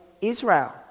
Israel